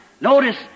Notice